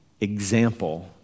example